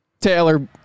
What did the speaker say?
Taylor